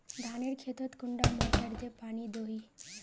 धानेर खेतोत कुंडा मोटर दे पानी दोही?